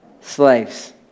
slaves